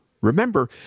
Remember